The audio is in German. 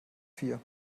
vier